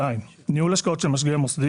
ניהול השקעות של משקיע מוסדי,